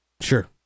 Sure